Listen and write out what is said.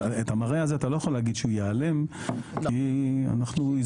אז את המראה הזה אתה לא יכול להגיד שהוא ייעלם כי אנחנו הסברנו